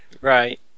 Right